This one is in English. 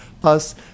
Plus